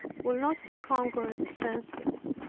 will not conquer the senses.